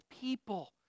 people